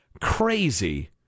crazy